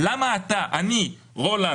מותר לי לחלוק?